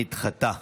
נדחתה.